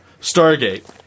Stargate